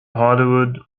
hollywood